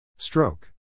Stroke